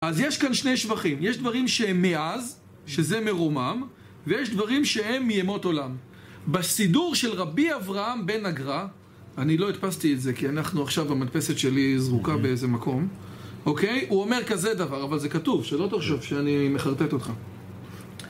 אז יש כאן שני שווחים, יש דברים שהם מאז, שזה מרומם, ויש דברים שהם מימות עולם. בסידור של רבי אברהם בן אגרא, אני לא הדפסתי את זה כי אנחנו עכשיו, המדפסת שלי זרוקה באיזה מקום, אוקיי? הוא אומר כזה דבר, אבל זה כתוב, שלא תחשב שאני מחרטט אותך.